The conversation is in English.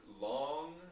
long